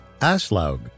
Aslaug